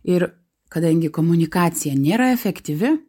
ir kadangi komunikacija nėra efektyvi